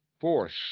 force